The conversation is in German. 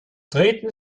treten